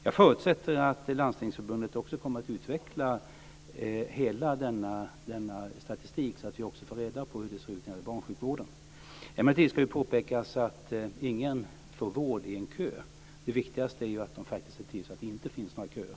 Jag förutsätter att Landstingsförbundet också kommer att utveckla hela denna statistik så att vi också får reda på hur det ser ut när det gäller barnsjukvården. Emellertid ska det påpekas att ingen får vård i en kö. Det viktigaste är att se till att det inte finns några köer.